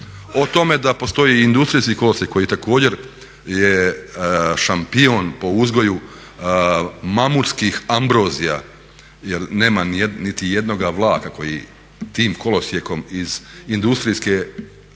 o tome da postoji industrijski kolosijek koji također je šampion po uzgoju mamutskih ambrozija jer nema niti jednoga vlaka koji tim kolosijekom iz industrijske